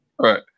right